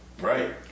Right